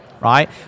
right